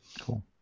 cool